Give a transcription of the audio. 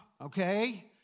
okay